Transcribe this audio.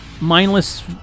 mindless